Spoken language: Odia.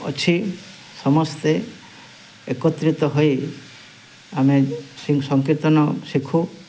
ଅଛି ସମସ୍ତେ ଏକତ୍ରିତ ହୋଇ ଆମେ ସେଇ ସଂକୀର୍ତ୍ତନ ଶିଖୁ